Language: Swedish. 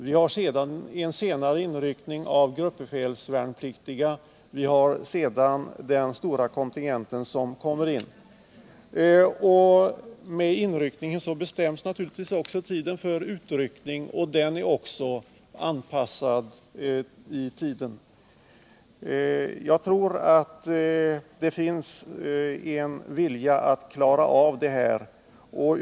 Vi har en senare inryckning av gruppbefälsvärnpliktiga och vidare inryckningen av den stora kontingenten värnpliktiga. Tiden för utryckning bestäms naturligtvis också av tiden för inryckningen.